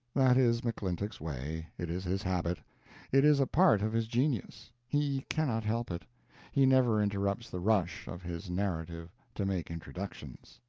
that is mcclintock's way it is his habit it is a part of his genius he cannot help it he never interrupts the rush of his narrative to make introductions.